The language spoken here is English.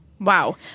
wow